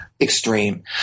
extreme